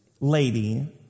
lady